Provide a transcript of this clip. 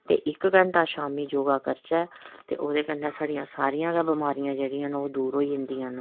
ते इक घैंटा शामीं योगा करचै ते ओह्दे कन्नै साढ़ियां सारियां गै बमारियां जेह्ड़ियां न ओह् दूर होई जंदियां न